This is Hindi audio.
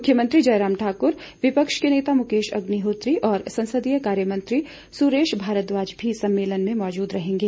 मुख्यमंत्री जयराम ठाकुर विपक्ष के नेता मुकेश अग्निहोत्री और संसदीय कार्य मंत्री सुरेश भारद्वाज भी सम्मेलन में मौजूद रहेंगे